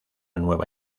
nueva